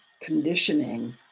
conditioning